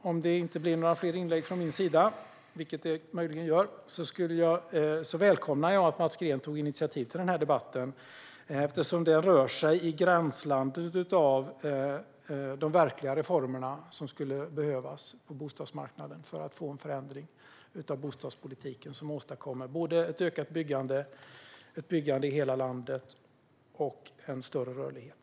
Om det inte blir några fler inlägg från min sida, vilket det möjligen blir, vill jag säga att jag välkomnar att Mats Green tog initiativ till debatten. Den rör sig i gränslandet av de verkliga reformerna som skulle behövas på bostadsmarknaden för att få en förändring av bostadspolitiken som åstadkommer ett ökat byggande, ett byggande i hela landet och en större rörlighet.